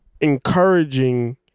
Encouraging